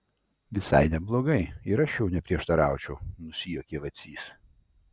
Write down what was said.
visai neblogai ir aš jau neprieštaraučiau nusijuokė vacys